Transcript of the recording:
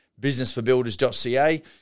businessforbuilders.ca